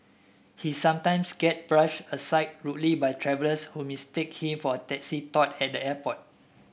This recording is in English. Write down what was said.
he sometimes gets brushed aside rudely by travellers who mistake him for a taxi tout at the airport